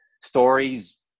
stories